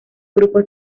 grupos